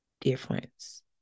difference